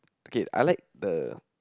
okay I like the